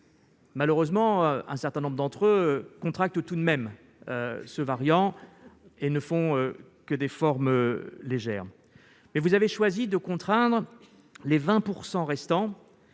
Malheureusement, un certain nombre d'entre eux contractent tout de même ce variant, même s'ils ne développent que des formes légères de la maladie. Mais vous avez choisi de contraindre les 20 % restants.